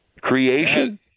creation